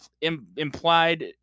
implied